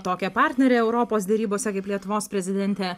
tokią partnerę europos derybose kaip lietuvos prezidentė